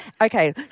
Okay